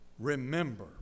Remember